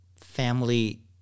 family